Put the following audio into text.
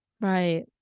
Right